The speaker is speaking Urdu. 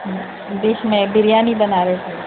ڈش میں بریانی بنا رہے تھے